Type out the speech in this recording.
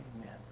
Amen